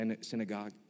synagogue